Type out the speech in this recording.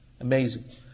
Amazing